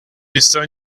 discern